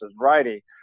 righty